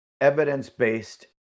evidence-based